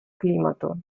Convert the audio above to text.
клімату